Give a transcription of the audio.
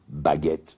baguette